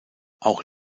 auch